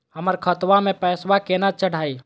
हमर खतवा मे पैसवा केना चढाई?